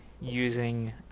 using